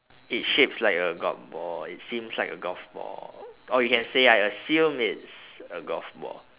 it's shapes like a golf ball it seems like a golf ball or you can say I assume it's a golf ball